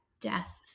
death